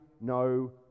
no